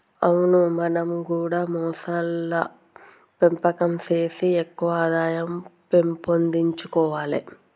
అవును మనం గూడా మొసళ్ల పెంపకం సేసి ఎక్కువ ఆదాయం పెంపొందించుకొవాలే